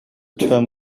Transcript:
term